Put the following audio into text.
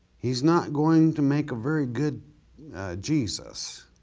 he's not going to make a very good jesus.